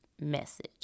message